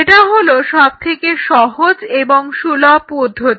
এটা হলো সবথেকে সহজ এবং সুলভ পদ্ধতি